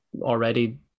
already